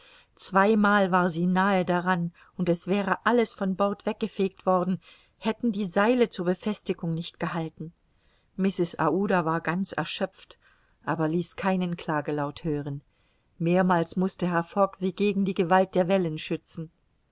zweimal war sie nahe daran und es wäre alles von bord weggefegt worden hätten die seile zur befestigung nicht gehalten mrs aouda war ganz erschöpft aber ließ keinen klagelaut hören mehrmals mußte herr fogg sie gegen die gewalt der wellen schützen